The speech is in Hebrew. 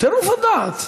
טירוף הדעת,